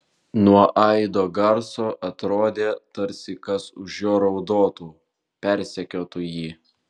nuo aido garso atrodė tarsi kas už jo raudotų persekiotų jį